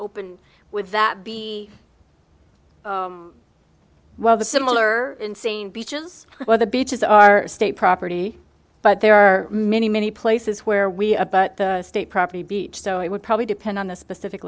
open would that be well the similar insane beaches where the beaches are state property but there are many many places where we abut state property beach so it would probably depend on the specific